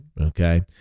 Okay